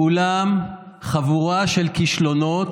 כולם חבורה של כישלונות,